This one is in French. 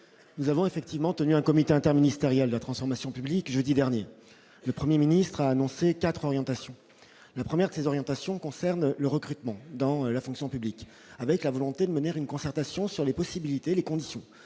nous avons effectivement tenu un comité interministériel de transformation public jeudi dernier, le 1er ministre a annoncé 4 orientations : la première, ses orientations concernant le recrutement dans la fonction publique, avec la volonté de mener une concertation sur les possibilités, les conditions